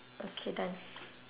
okay done